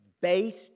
based